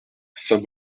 saint